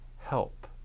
Help